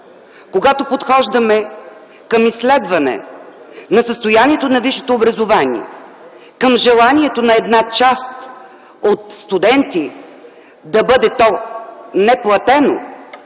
когато подхождаме към изследване на състоянието на висшето образование, към желанието на една част от студентите то да бъде неплатено,